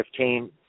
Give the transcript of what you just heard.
2015